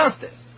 justice